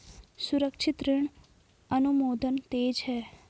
सुरक्षित ऋण अनुमोदन तेज है